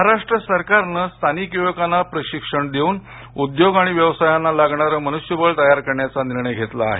महाराष्ट्र सरकारनं स्थानिक युवकांना प्रशिक्षण देऊन उद्योग आणि व्यवसायांना लागणारे मनुष्यबळ तयार करण्याचा निर्णय घेतला आहे